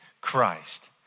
Christ